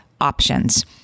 options